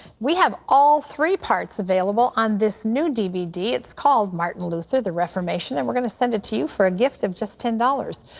we have all three parts available on this new d v d, called martin luther, the reformation, and we're going to send it to you for a gift of just ten dollars.